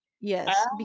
yes